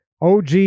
og